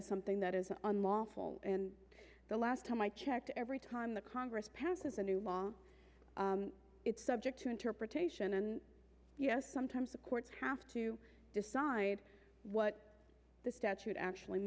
is something that is unlawful and the last time i checked every time the congress passes a new law it's subject to interpretation and yes sometimes the courts have to decide what the statute actually